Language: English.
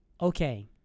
okay